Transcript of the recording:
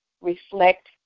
reflect